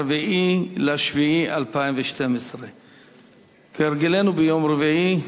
4 ביולי 2012. כהרגלנו ביום רביעי,